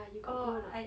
ya you got go